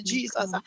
Jesus